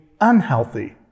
unhealthy